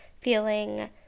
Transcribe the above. feeling